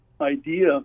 idea